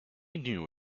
knew